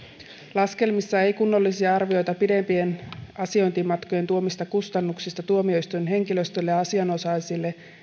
laskelmissa kunnollisia arvioita pidempien asiointimatkojen tuomista kustannuksista tuomioistuinhenkilöstölle asianosaisille